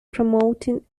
promoting